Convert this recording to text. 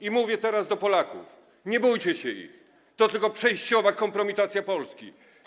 I mówię teraz do Polaków: Nie bójcie się ich, to tylko przejściowa kompromitacja Polski.